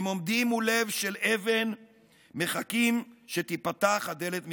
הם עומדים מול לב של אבן / מחכים שתיפתח הדלת מבפנים.